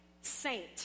saint